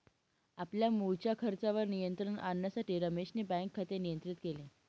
आपल्या मुळच्या खर्चावर नियंत्रण आणण्यासाठी रमेशने बँक खाते नियंत्रित केले